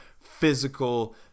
physical